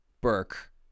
burke